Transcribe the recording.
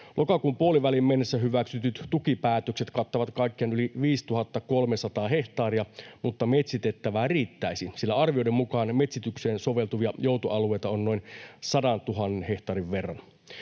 Lokakuun puoliväliin mennessä hyväksytyt tukipäätökset kattavat kaikkiaan yli 5 300 hehtaaria, mutta metsitettävää riittäisi, sillä arvioiden mukaan metsitykseen soveltuvia joutoalueita on noin 100 000 hehtaarin verran.